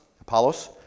Apollos